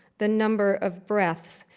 the number of breaths.